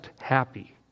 happy